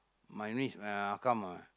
my niece my akka மகன்:akkaa makan